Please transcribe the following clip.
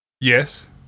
Yes